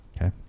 Okay